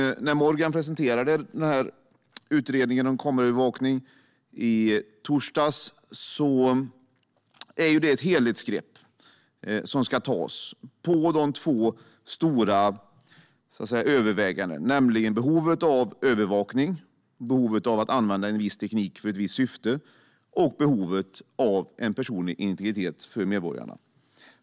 Utredningen om kameraövervakning, som Morgan Johansson presenterade i torsdags, tar ett helhetsgrepp på tre stora överväganden, nämligen av behovet av övervakning, behovet av att använda en viss teknik för ett visst syfte och behovet av personlig integritet för medborgarna.